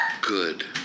Good